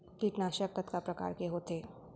कीटनाशक कतका प्रकार के होथे?